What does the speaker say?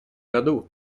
году